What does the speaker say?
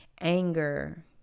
anger